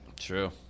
true